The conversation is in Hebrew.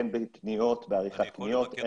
הן בעריכת קניות,